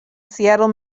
seattle